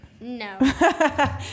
no